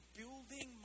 building